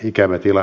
ikävä kyllä